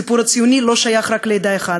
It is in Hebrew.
הסיפור הציוני לא שייך רק לעדה אחת,